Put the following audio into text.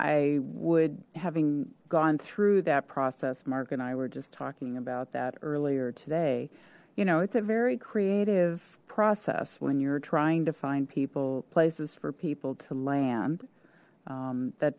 i would having gone through that process marc and i were just talking about that earlier today you know it's a very creative process when you're trying to find people places for people to land that